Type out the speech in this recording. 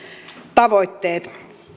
tavoitteet